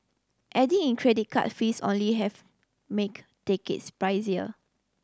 adding in credit card fees only have make tickets pricier